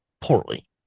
Poorly